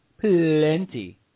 plenty